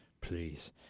Please